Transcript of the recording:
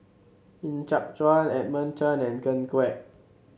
Ng Yat Chuan Edmund Chen and Ken Kwek